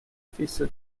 fisso